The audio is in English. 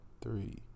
three